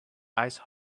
ice